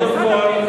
קודם כול,